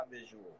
visual